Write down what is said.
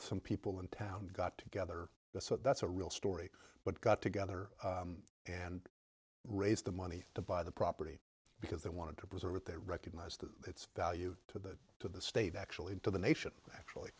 some people in town got together so that's a real story but got together and raised the money to buy the property because they wanted to preserve it they recognize the value to that to the state actually to the nation actually